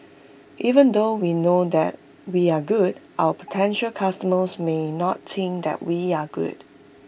even though we know that we are good our potential customers may not think that we are good